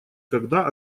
когда